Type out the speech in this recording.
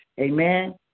amen